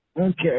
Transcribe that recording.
Okay